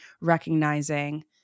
recognizing